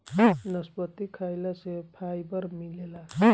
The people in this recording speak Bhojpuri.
नसपति खाइला से फाइबर मिलेला